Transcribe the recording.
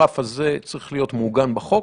הרף הזה צריך להיות מעוגן בחוק.